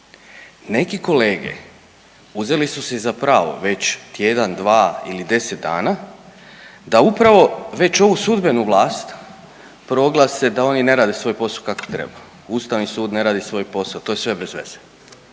Neki kolege uzeli su si za pravo već tjedan, dva ili 10 dana da upravo već ovu sudbenu vlast proglase da oni ne rade svoj posao kako treba. Ustavni sud ne radi svoj posao, to je sve bez veze,